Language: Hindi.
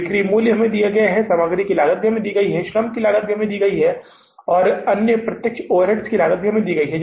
बिक्री मूल्य भी हमें देते हैं सामग्री लागत भी हमें दी जाती है श्रम लागत भी हमें दी जाती है और अन्य प्रत्यक्ष ओवरहेड्स लागत भी हमें दी जाती है